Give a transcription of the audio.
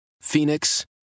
Phoenix